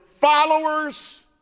followers